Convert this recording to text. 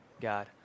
God